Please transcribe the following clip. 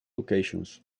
occasions